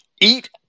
eat